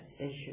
issues